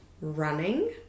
running